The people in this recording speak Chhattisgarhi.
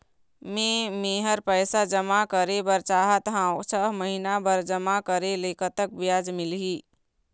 मे मेहर पैसा जमा करें बर चाहत हाव, छह महिना बर जमा करे ले कतक ब्याज मिलही?